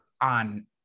on